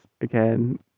again